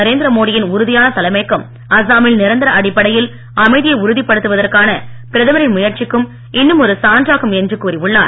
நரேந்திர மோடி யின் உறுதியான தலைமைக்கும் அஸ்ஸாமில் நிரந்தர அடிப்படையில் அமைதியை உறுதப் படுத்துவதற்கான பிரதமரின் முயற்சிகளுக்கும் இன்னும் ஒரு சான்றாகும் என்று கூறியுள்ளார்